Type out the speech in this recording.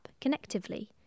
Connectively